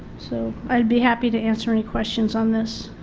so i would be happy to answer any questions on this.